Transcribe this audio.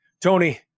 tony